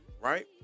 right